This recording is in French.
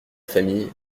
famille